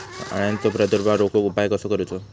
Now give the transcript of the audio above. अळ्यांचो प्रादुर्भाव रोखुक उपाय कसो करूचो?